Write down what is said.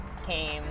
came